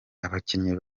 abakinnyi